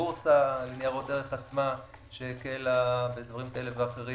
הבורסה לניירות ערך עצמה שהקלה בדברים כאלה ואחרים.